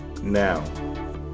Now